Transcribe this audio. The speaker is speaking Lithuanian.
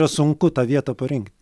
yra sunku tą vietą parinkti